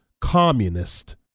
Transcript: communist